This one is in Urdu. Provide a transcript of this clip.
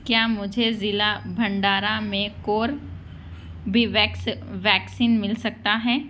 کیا مجھے ضلع بھنڈارا میں کوربیویکس ویکسین مل سکتا ہے